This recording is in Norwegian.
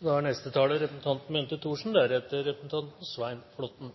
Først vil jeg takke representanten